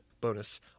bonus